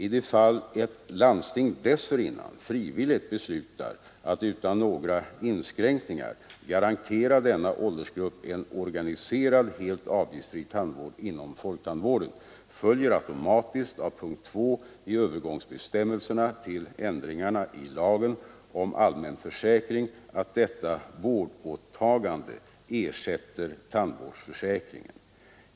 I de fall då ett landsting dessförinnan frivilligt beslutar att utan några inskränkningar garantera denna åldersgrupp en organiserad helt avgiftsfri tandvård inom folktandvården följer automatiskt av punkt 2 i övergångsbestämmelserna till ändringarna i lagen om allmän försäkring att detta vårdåtagande ersätter tandvårdsförsäkringen.